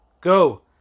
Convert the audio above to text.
Go